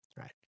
right